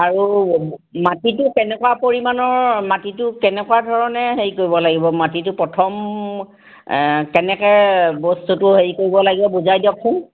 আৰু মাটিটো কেনেকুৱা পৰিমাণৰ মাটিটো কেনেকুৱা ধৰণে হেৰি কৰিব লাগিব মাটিটো প্ৰথম কেনেকে বস্তুটো হেৰি কৰিব লাগিব বুজাই দিয়কচোন